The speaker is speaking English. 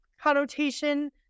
connotation